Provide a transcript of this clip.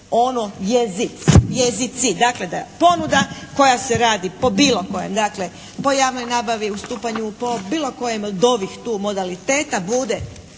ono "jezici". Dakle da ponuda koja se radi po bilo kojem, dakle po javnoj nabavi, ustupanju, po bilo kojem od ovih tu modaliteta bude